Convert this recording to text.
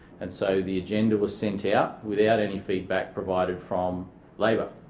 and so the agenda was sent out without any feedback provided from labor.